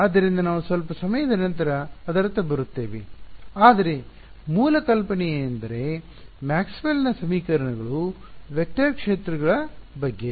ಆದ್ದರಿಂದ ನಾವು ಸ್ವಲ್ಪ ಸಮಯದ ನಂತರ ಅದರತ್ತ ಬರುತ್ತೇವೆ ಆದರೆ ಮೂಲ ಕಲ್ಪನೆಯೆಂದರೆ ಮ್ಯಾಕ್ಸ್ವೆಲ್ನ ಸಮೀಕರಣಗಳು Maxwell's equations ವೆಕ್ಟರ್ ಕ್ಷೇತ್ರಗಳ ಬಗ್ಗೆ